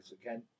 again